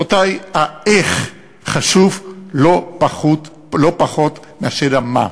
רבותי, האיך חשוב לא פחות מאשר המה.